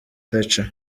thatcher